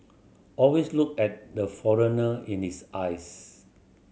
always look at the foreigner in his eyes